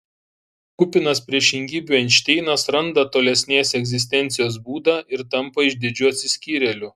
kupinas priešingybių einšteinas randa tolesnės egzistencijos būdą ir tampa išdidžiu atsiskyrėliu